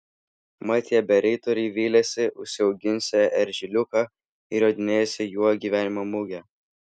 mat tie bereitoriai vylėsi užsiauginsią eržiliuką ir jodinėsią juo į gyvenimo mugę